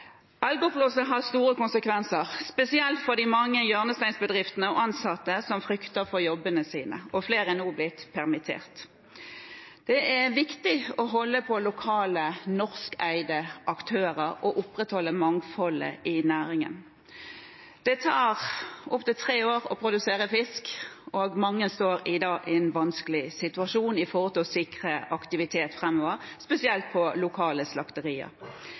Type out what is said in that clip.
har store konsekvenser, spesielt for de mange hjørnesteinsbedriftene og ansatte, som frykter for jobbene sine. Flere er nå blitt permittert. Det er viktig å holde på lokale, norskeide aktører og opprettholde mangfoldet i næringen. Det tar opptil tre år å produsere fisk. Mange står i dag i en vanskelig situasjon med hensyn til å sikre aktivitet framover, spesielt på lokale slakterier.